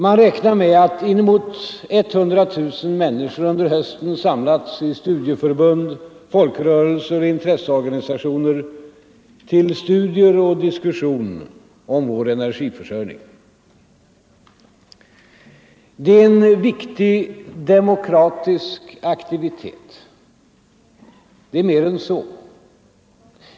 Man räknar med att inemot 100 000 människor under hösten samlats i studieförbund, folkrörelser och intresseorganisationer till studier och diskussion om vår energiförsörjning Det är en viktig demokratisk aktivitet. Det är mer än så.